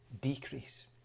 decrease